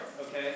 okay